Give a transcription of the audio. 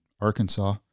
Arkansas